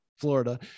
florida